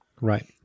right